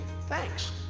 thanks